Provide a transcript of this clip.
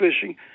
fishing